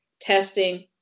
testing